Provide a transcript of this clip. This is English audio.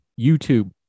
YouTube